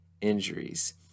injuries